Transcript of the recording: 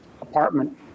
apartment